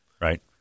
Right